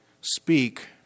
speak